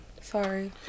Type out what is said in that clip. Sorry